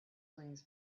wings